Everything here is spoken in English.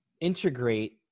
integrate